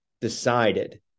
decided